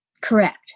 Correct